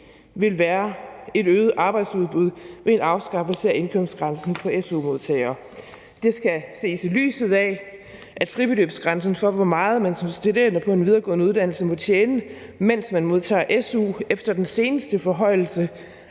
vil være et øget arbejdsudbud ved en afskaffelse af indkomstgrænsen for su-modtagere. Det skal ses i lyset af, at fribeløbsgrænsen for, hvor meget man som studerende på en videregående uddannelse må tjene, mens man modtager su, efter den seneste forhøjelse,